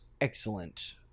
excellent